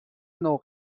نوع